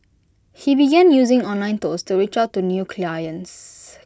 he began using online tools to reach out to new clients